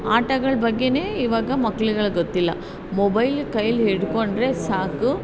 ಆಟಗಳು ಬಗ್ಗೆಯೇ ಇವಾಗ ಮಕ್ಳುಗಳಿಗೆ ಗೊತ್ತಿಲ್ಲ ಮೊಬೈಲ್ ಕೈಯ್ಯಲ್ಲಿ ಹಿಡ್ಕೊಂಡ್ರೆ ಸಾಕು